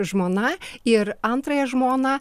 žmona ir antrąją žmoną